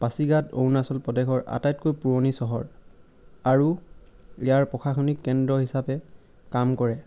পাছিঘাট অৰুণাচল প্ৰদেশৰ আটাইতকৈ পুৰণি চহৰ আৰু ইয়াৰ প্ৰশাসনিক কেন্দ্ৰ হিচাপে কাম কৰে